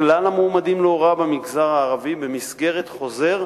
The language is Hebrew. לכלל המועמדים להוראה במגזר הערבי, במסגרת חוזר